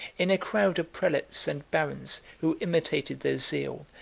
in a crowd of prelates and barons, who imitated their zeal,